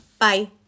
Bye